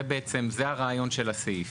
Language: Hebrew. זה הרעיון של הסעיף.